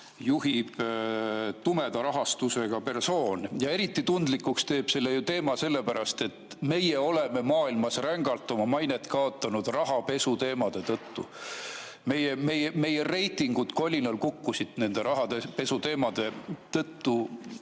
juhib tumeda rahastusega persoon? Eriti tundlik on see teema ju sellepärast, et meie oleme maailmas rängalt oma mainet kaotanud rahapesuteemade tõttu. Meie reitingud kukkusid kolinal nende rahapesuteemade tõttu,